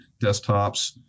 Desktops